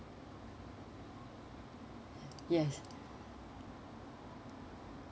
yes